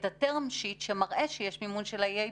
את ה- term sheet שמראה שיש מימון של ה-EIB.